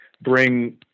bring